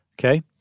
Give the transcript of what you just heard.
Okay